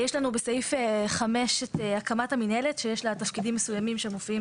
יש לנו בסעיף 5 את הקמת המינהלת שיש לה תפקידים מסוימים שמופיעים